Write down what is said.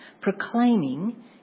proclaiming